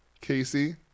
Casey